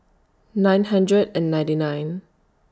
nine hundred and ninety nine